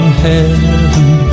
heaven